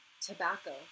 Tobacco